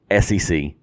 SEC